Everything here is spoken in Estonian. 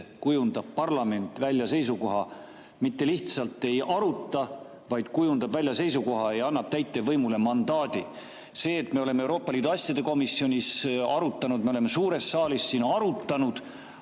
kujundab parlament välja seisukoha. Mitte lihtsalt ei aruta, vaid kujundab seisukoha ja annab täitevvõimule mandaadi. See, et me oleme Euroopa Liidu asjade komisjonis arutanud, me oleme suures saalis arutanud,